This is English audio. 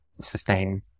sustain